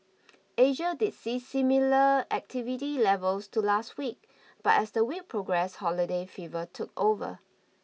Asia did see similar activity levels to last week but as the week progressed holiday fever took over